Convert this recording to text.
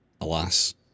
alas